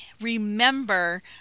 remember